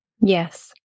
yes